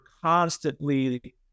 constantly